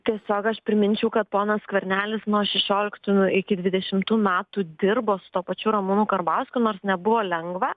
tiesiog aš priminčiau kad ponas skvernelis nuo šešioliktų iki dvidešimtų metų dirbo su tuo pačiu ramūnu karbauskiu nors nebuvo lengva